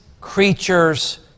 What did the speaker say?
creatures